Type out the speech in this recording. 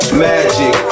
magic